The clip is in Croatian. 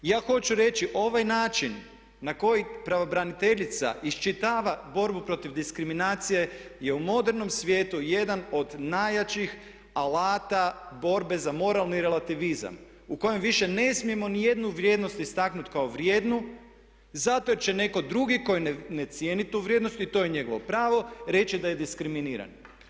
Ja hoću reći, ovaj način na koji pravobraniteljica iščitava borbu protiv diskriminacije je u modernom svijetu jedan od najjačih alata borbe za moralni relativizam u kojem više ne smijemo nijednu vrijednost istaknuti kao vrijednu zato jer će netko drugi koji ne cijeni tu vrijednost, i to je njegovo pravo, reći da je diskriminiran.